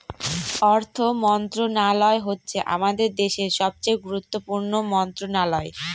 অর্থ মন্ত্রণালয় হচ্ছে আমাদের দেশের সবচেয়ে গুরুত্বপূর্ণ মন্ত্রণালয়